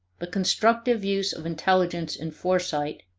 the constructive use of intelligence in foresight,